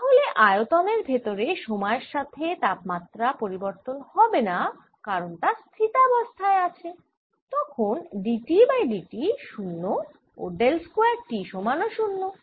তাহলে আয়তনের ভেতরে সময়ের সাথে তাপমাত্রা পরিবর্তন হবেনা কারণ সে স্থিতাবস্থায় আছে তখন d T by d t 0 ও ডেল স্কয়ার T সমান ও 0